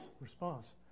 response